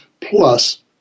plus